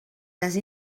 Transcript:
les